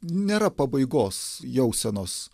nėra pabaigos jausenos